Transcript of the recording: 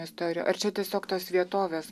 istorijų ar čia tiesiog tos vietovės